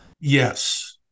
yes